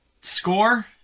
score